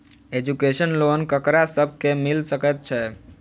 Education loan ककरा सब केँ मिल सकैत छै?